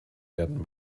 werden